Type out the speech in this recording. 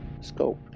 scope